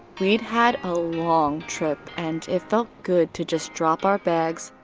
we'd had a long trip and it felt good to just drop our bags,